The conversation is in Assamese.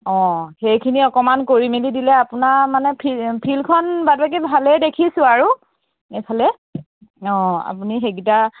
অঁ সেইখিনি অকণমান কৰি মেলি দিলে আপোনাৰ মানে ফিল্ডখন বাদ বাকী ভালেই দেখিছোঁ আৰু এইফালে অঁ আপুনি সেইকেইটা